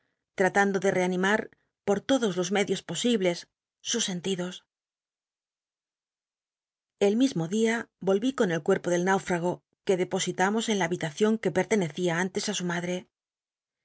tando de reanimar por todos los medios posibles sus sentidos el mismo dia volví con el cuel'po del náufrago que depositamos en la habitacion que pertenecía an tes á su mad